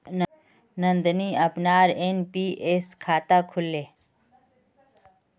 नंदनी अपनार एन.पी.एस खाता खोलले